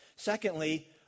Secondly